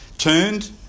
turned